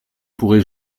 pourrai